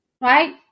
Right